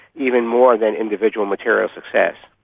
even more than individual material success.